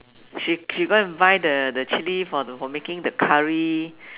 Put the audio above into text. she she go and buy the the chilli for the for making the Curry